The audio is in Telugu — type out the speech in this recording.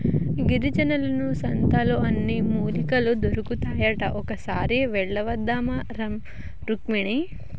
గిరిజనుల సంతలో అన్ని మూలికలు దొరుకుతాయట ఒక్కసారి వెళ్ళివద్దామా రుక్మిణి